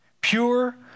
Pure